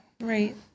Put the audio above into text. Right